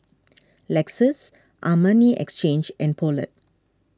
Lexus Armani Exchange and Poulet